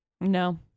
No